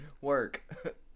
Work